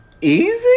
Easy